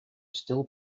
still